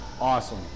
awesome